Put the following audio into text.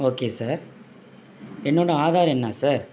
okay sir இன்னொன்று ஆதார் எண்ணா sir